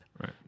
Right